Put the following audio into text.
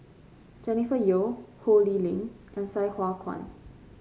Jennifer Yeo Ho Lee Ling and Sai Hua Kuan